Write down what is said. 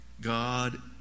God